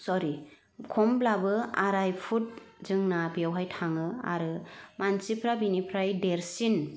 सरि खमब्लाबो आराय फुथ जोंना बियावहाय थाङो आरो मानसिफ्रा बिनिफ्राय देरसिन